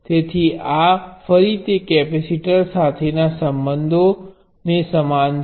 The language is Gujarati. તેથી આ ફરી તે કેપેસિટર સાથેના સંબંધો સાથે સમાન છે